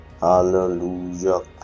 hallelujah